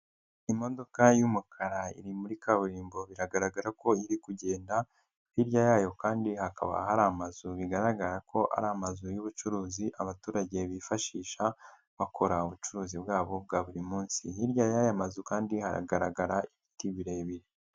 Imodoka y'umukara iri muri kaburimbo biragaragara ko iri kugenda, hirya yayo kandi hakaba hari amazu bigaragara ko ari amazu y'ubucuruzi abaturage bifashisha bakora ubucuruzi bwabo bwa buri munsi, hirya y'aya mazu kandi hagaragara ibiti birebire.